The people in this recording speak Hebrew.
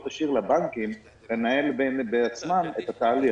תשאיר לבנקים לנהל בעצמם את התהליך.